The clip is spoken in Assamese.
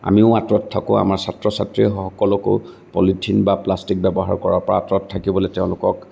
আমিও আতঁৰত থাকোঁ আমাৰ ছাত্ৰ ছাত্ৰীসকলকো পলিথিন বা প্লাষ্টিক ব্যৱহাৰ কৰাৰ পৰা আতঁৰত থাকিবলৈ তেওঁলোকক